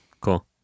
Cool